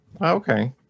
Okay